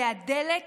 זה הדלק